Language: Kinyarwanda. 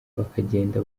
bakagenda